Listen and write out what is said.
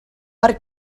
per